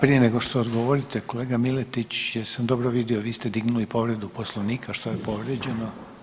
Prije nego što odgovorite, kolega Miletić jesam dobro vidio, vi ste dignuli povredu Poslovnika, što je povrijeđeno?